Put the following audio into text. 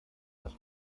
dass